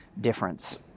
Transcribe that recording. difference